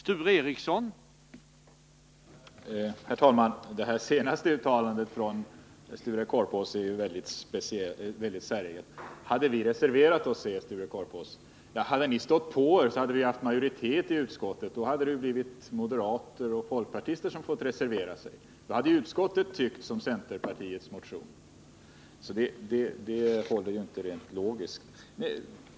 Herr talman! Det senaste uttalandet från Sture Korpås är mycket egendomligt. Sture Korpås talade om vad som hade hänt om centerpartisterna hade reserverat sig. Ja, om ni hade stått på er, skulle vi ha haft en majoritet i utskottet, och moderater och folkpartister hade fått reservera sig. Då hade utskottsmajoriteten följt centerpartiets motion. Sture Korpås resonemang håller inte rent logiskt.